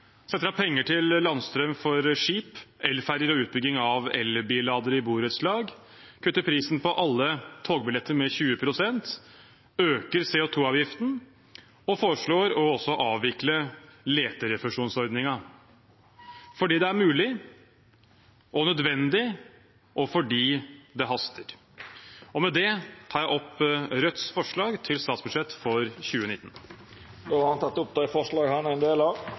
setter av penger til landstrøm for skip, elferjer og utbygging av elbilladere i borettslag, kutter prisen på alle togbilletter med 20 pst., øker CO2-avgiften og foreslår også å avvikle leterefusjonsordningen – fordi det er mulig og nødvendig og fordi det haster. Med det tar jeg opp Rødts forslag til statsbudsjett for 2019. Representanten Bjørnar Moxnes har teke opp dei forslaga han refererte til. Det